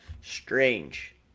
Strange